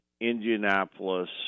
Indianapolis